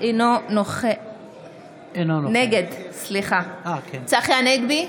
נגד צחי הנגבי,